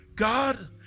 God